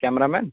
camera man